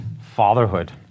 fatherhood